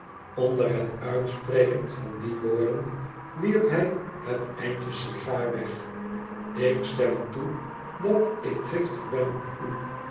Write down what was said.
onder het uitspreken van die woorden wierp hij het eindje sigaar weg ik stem toe dat ik driftig ben op u